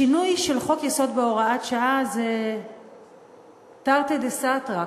שינוי של חוק-יסוד בהוראת שעה זה תרתי דסתרי,